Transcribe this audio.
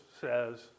says